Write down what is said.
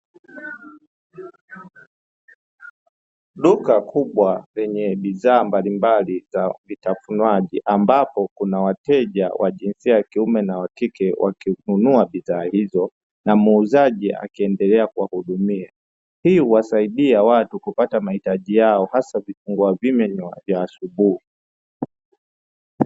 Duka kubwa lenye bidhaa mbalimbali za vitafunwaji ambapo kuna wateja wa jinsia ya kiume na wakike wakinunua bidhaa hizo, na muuzaji akiendelea kuwahudumia, hii huwasaidia watu kupata mahitaji yao hasa vifungua vinywa vya asubuhi.